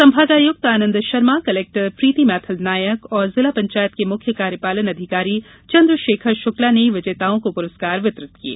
संभागायुक्त आनंद शर्मा कलेक्टर प्रीति मैथिल नायक और जिला पंचायत के मुख्य कार्यपालन अधिकारी चंद्रशेखर शुक्ला ने विजेताओं को पुरस्कार वितरित किये